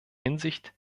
hinsicht